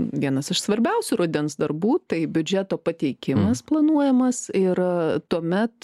vienas iš svarbiausių rudens darbų tai biudžeto pateikimas planuojamas ir tuomet